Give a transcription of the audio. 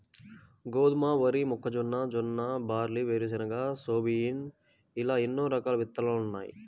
గోధుమ, వరి, మొక్కజొన్న, జొన్న, బార్లీ, వేరుశెనగ, సోయాబీన్ ఇలా ఎన్నో రకాల విత్తనాలున్నాయి